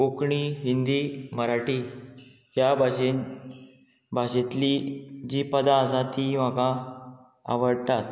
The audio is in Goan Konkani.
कोंकणी हिंदी मराठी ह्या भाशेन भाशेंतली जी पदां आसा ती म्हाका आवडटात